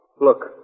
Look